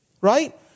right